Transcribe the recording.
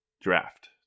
draft